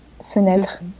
Fenêtre